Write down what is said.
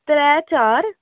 त्रै चार